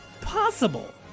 possible